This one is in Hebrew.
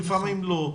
לפעמים לא.